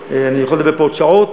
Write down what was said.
אני יכול לדבר פה עוד שעות,